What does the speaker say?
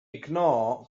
ignore